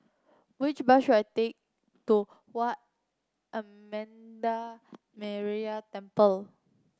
which bus should I take to Wat Amanda Metyarama Temple